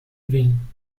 vem